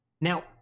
Now